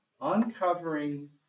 uncovering